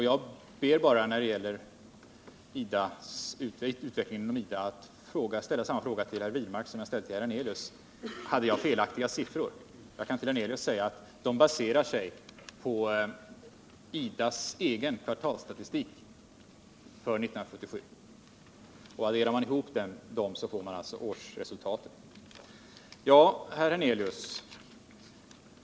Jag ber bara när det gäller utvecklingen inom IDB att få ställa samma fråga till herr Wirmark som den jag riktade till herr Hernelius: Lämnade jag felaktiga siffror? Jag kan till herr Hernelius säga att de baserar sig på IDB:s egen kvartalsstatistik för 1977. Adderar man dessa siffror får man årsresultaten. Herr Hernelius!